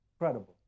incredible